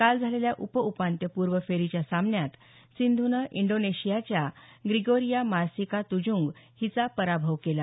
काल झालेल्या उप उपान्त्यपूर्व फेरीच्या सामन्यात सिंधूनं इंडोनेशियाच्या ग्रीगोरिया मार्सिका तुजुंग हिचा पराभव केला